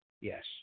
Yes